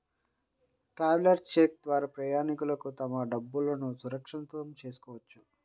travellers cheque ద్వారా ప్రయాణికులు తమ డబ్బులును సురక్షితం చేసుకోవచ్చు